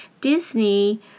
disney